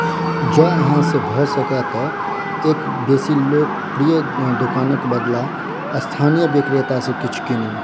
जँ अहाँसँ भऽ सकय तऽ एक बेसी लोकप्रिय दोकानक बदला स्थानीय विक्रेतासँ किछु कीनू